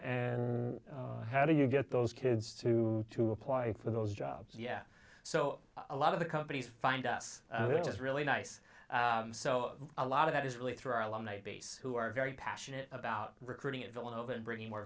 and how do you get those kids to to apply for those jobs yeah so a lot of the companies find us just really nice so a lot of that is really through our alumni base who are very passionate about recruiting at villanova and bringing more